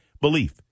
belief